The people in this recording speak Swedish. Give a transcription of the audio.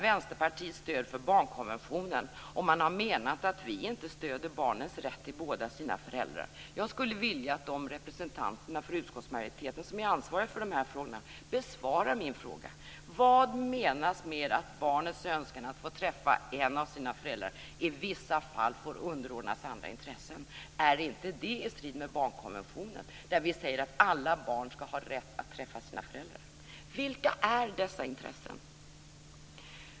Vänsterpartiets stöd för barnkonventionen har ifrågasätts. Man har menat att vi inte stöder barnens rätt till båda deras föräldrar. Jag skulle vilja att de representanter för utskottsmajoriteten som är ansvariga för de här frågorna besvarar min fråga: Vad menas med att barnets önskan att få träffa en av sina föräldrar i vissa fall får underordnas andra intressen? Är inte detta i strid med barnkonventionen, där vi säger att alla barn skall ha rätt att träffa sina föräldrar? Vilka är dessa intressen?